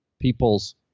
people's